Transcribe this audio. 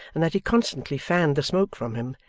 and that he constantly fanned the smoke from him,